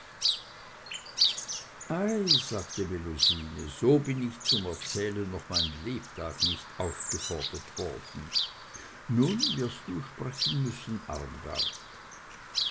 sagte melusine so bin ich zum erzählen noch mein lebtag nicht aufgefordert worden nun wirst du sprechen müssen